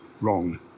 wrong